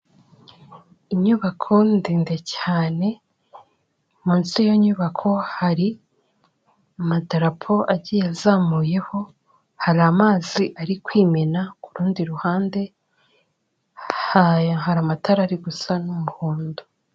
Inyubako ndende cyane, munsi y'iyo nyubako hari amadarapo agiye azamuyeho, hari amazi ari kwimena, ku rundi ruhande hari amatara ari gusa n'umuhondo.